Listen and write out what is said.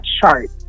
chart